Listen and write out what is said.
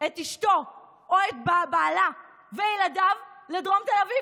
את אשתו או את בעלה ואת ילדיו לדרום תל אביב.